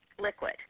liquid